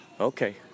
Okay